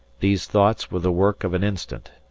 these thoughts were the work of an instant,